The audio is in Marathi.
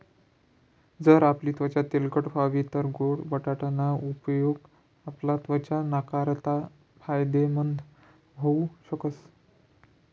जर आपली त्वचा तेलकट व्हयी तै गोड बटाटा ना उपेग आपला त्वचा नाकारता फायदेमंद व्हऊ शकस